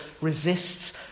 resists